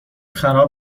خراب